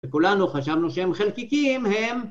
וכולנו חשבנו שהם חלקיקים, הם...